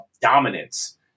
dominance